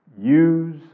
use